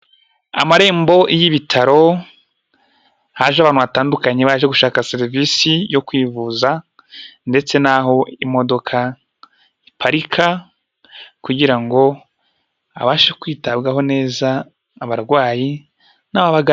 Amarembo y'ibitaro haje abantu batandukanye baje gushaka serivisi yo kwivuza ndetse n'aho imodoka iparika, kugira ngo habashe kwitabwaho neza abarwayi n'ababagana.